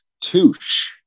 Touche